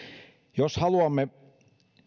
jos haluamme